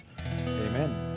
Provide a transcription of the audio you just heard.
Amen